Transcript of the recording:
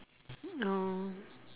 no